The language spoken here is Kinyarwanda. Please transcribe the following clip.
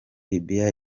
libya